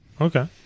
Okay